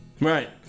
Right